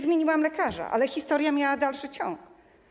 Zmieniłam lekarza, ale historia miała dalszy ciąg.